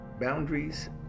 boundaries